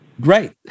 great